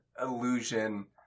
Illusion